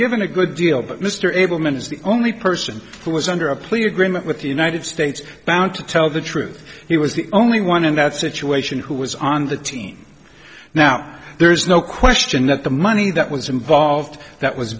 given a good deal but mr ableman is the only person who was under a plea agreement with the united states found to tell the truth he was the only one in that situation who was on the team now there's no question that the money that was involved that was